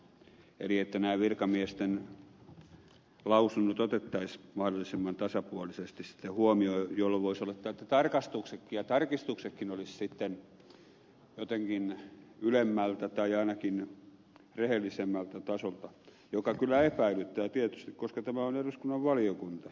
eli nämä virkamiesten lausunnot otettaisiin mahdollisimman tasapuolisesti sitten huomioon jolloin voisi olettaa että tarkastukset ja tarkistuksetkin olisivat sitten jotenkin ylemmältä tai ainakin rehellisemmältä tasolta mikä kyllä epäilyttää tietysti koska tämä on eduskunnan valiokunta